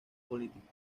política